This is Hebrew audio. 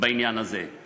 בעניין הזה.